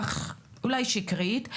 אולי שקרית,